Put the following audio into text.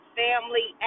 family